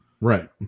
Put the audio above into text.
right